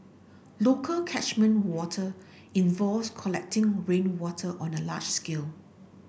local catchment water involves collecting rainwater on a large scale